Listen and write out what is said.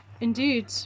Indeed